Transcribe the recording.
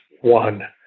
one